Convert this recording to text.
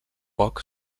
poc